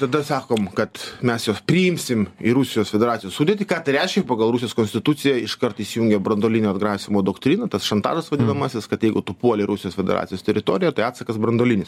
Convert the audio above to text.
tada sakom kad mes juos priimsim į rusijos federacijos sudėtį ką tai reiškia pagal rusijos konstituciją iškart įsijungia branduolinio atgrasymo doktrina tas šantažas vadinamasis kad jeigu tu puoli rusijos federacijos teritoriją tai atsakas branduolinis